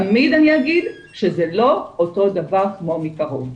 תמיד אני אגיד, שזה לא אותו דבר כמו מקרוב.